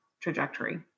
trajectory